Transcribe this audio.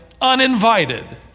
uninvited